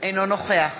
אינו נוכח